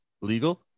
Legal